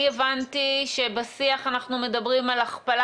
אני הבנתי שבשיח אנחנו מדברים על הכפלה